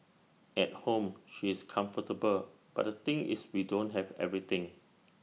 at home she's comfortable but the thing is we don't have everything